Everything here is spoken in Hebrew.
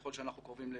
ככל אנחנו קרובים יותר